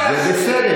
זה אורח חייהם.